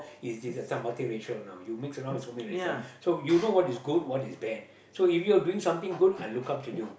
is this a town multi racial know you mix around with so many races so you know what is good what is bad so if you're doing something good I look up to you